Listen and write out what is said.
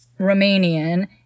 Romanian